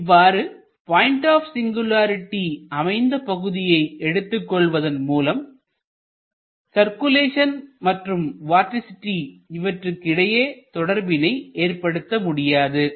இவ்வாறு point of singularity அமைந்த பகுதியை எடுத்துக் கொள்வதன் மூலம் சர்க்குலேஷன் மற்றும் வார்டிசிட்டி இவற்றுக்கு இடையேயான தொடர்பினை ஏற்படுத்த முடியாது